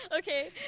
Okay